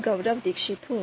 गौरव दीक्षित हूं